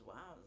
Wow